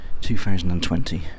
2020